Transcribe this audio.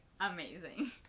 amazing